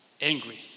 angry